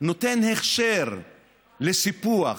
שנותן הכשר לסיפוח,